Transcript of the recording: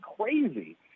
crazy